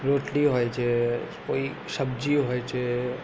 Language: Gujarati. રોટલી હોય છે કોઈ સબ્જી હોય છે